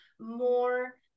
more